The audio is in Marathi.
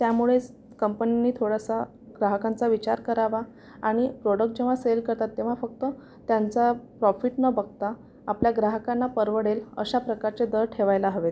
त्यामुळेच कंपनीनं थोडासा ग्राहकांचा विचार करावा आणि प्रॉडक्ट जेव्हा सेल करतात तेव्हा फक्त त्यांचं प्रॉफिट न बघता आपल्या ग्राहकांना परवडेल अशा प्रकारचे दर ठेवायला हवेत